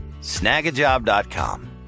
snagajob.com